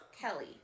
Kelly